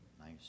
nice